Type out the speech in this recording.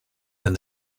then